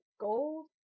gold